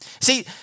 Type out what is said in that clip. See